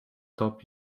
top